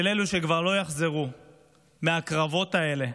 של אלו שכבר לא יחזרו מהקרבות האלה.